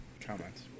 comments